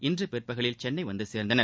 இன்று பிற்பகலில் சென்னை வந்து சோ்ந்தனர்